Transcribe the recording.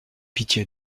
pitié